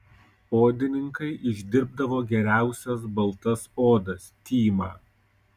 odininkai išdirbdavo geriausias baltas odas tymą